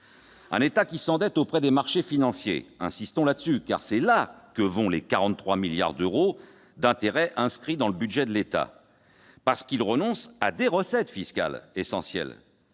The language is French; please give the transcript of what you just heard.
un État, s'endetter auprès des marchés financiers -insistons sur ce point, car c'est à eux que vont les 43 milliards d'euros d'intérêts inscrits au budget de l'État -parce qu'il a renoncé à des recettes fiscales essentielles